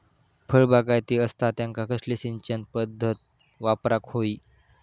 फळबागायती असता त्यांका कसली सिंचन पदधत वापराक होई?